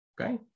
Okay